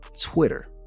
Twitter